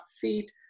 feet